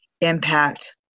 impact